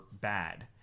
bad